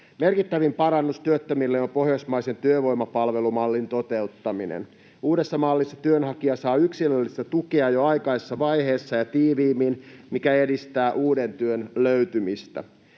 Merkittävin parannus työttömille on pohjoismaisen työvoimapalvelumallin toteuttaminen. Uudessa mallissa työnhakija saa yksilöllistä tukea jo aikaisessa vaiheessa ja tiiviimmin, mikä edistää uuden työn löytymistä.